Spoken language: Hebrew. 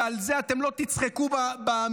ועל זה אתם לא תצחקו במליאה,